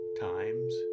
times